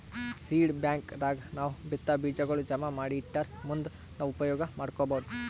seed bank ದಾಗ್ ನಾವ್ ಬಿತ್ತಾ ಬೀಜಾಗೋಳ್ ಜಮಾ ಮಾಡಿ ಇಟ್ಟರ್ ಮುಂದ್ ನಾವ್ ಉಪಯೋಗ್ ಮಾಡ್ಕೊಬಹುದ್